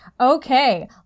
Okay